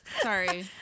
Sorry